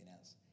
else